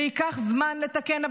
וייקח זמן לתקן.